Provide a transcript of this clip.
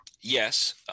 Yes